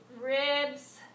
ribs